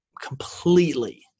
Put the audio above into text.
completely